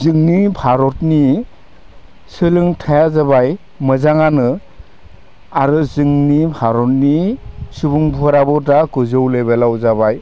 जोंनि भारतनि सोलोंथाया जाबाय मोजांआनो आरो जोंनि भारतनि सुबुंफराबो दा गोजौ लेभेलाव जाबाय